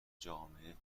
جامعه